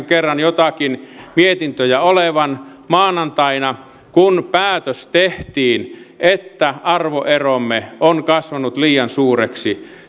kerran jotakin mietintää olevan maanantaina sen jälkeen kun päätös tehtiin että arvoeromme on kasvanut liian suureksi